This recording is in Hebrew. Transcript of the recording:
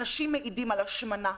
אנשים מעידים על השמנה,